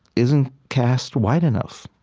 isn't cast wide enough.